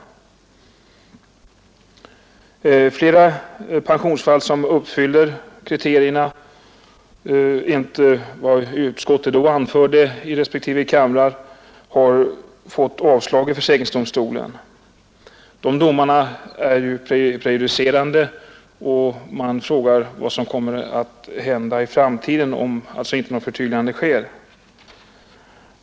Enligt vad utskottets talesmän då anförde i respektive kamrar har flera pensionsfall som uppfyllt kriterierna blivit avslagna i försäkringsdomstolen. De domarna är prejudicerande, och man undrar vad som kommer att hända i framtiden om inget förtydligande sker.